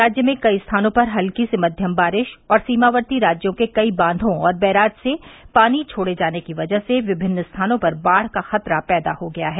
राज्य में कई स्थानों पर हल्की से मध्यम बारिश और सीमावर्ती राज्यों के कई बायों और बैराज से पानी छोड़े जाने की वजह से विभिन्न स्थानों पर बाढ़ का खतरा पैदा हो गया है